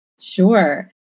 Sure